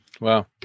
Wow